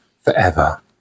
forever